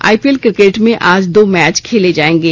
IPL cricket में आज दो मैच खेले जाएंगें